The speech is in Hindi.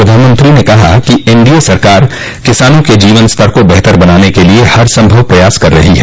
प्रधानमंत्री ने कहा कि एनडीए सरकार किसानों के जीवन स्तर को बेहतर बनाने के लिए हरसंभव प्रयास कर रही है